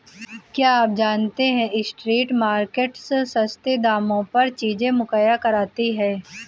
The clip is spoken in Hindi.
क्या आप जानते है स्ट्रीट मार्केट्स सस्ते दामों पर चीजें मुहैया कराती हैं?